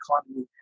economy